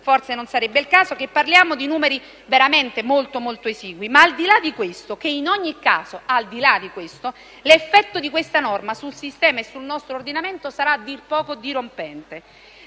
forse non sarebbe il caso - che parliamo di numeri veramente molto esigui, ma al di là di questo, in ogni caso, l'effetto di tale norma sul sistema e sul nostro ordinamento sarà a dir poco dirompente.